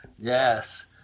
yes